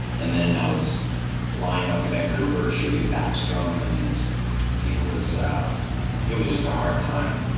and then i was flying up to vancouver shooting backstrom and it was it was just a hard time.